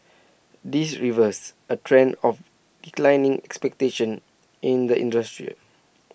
this reverses A trend of declining expectations in the industry